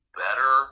better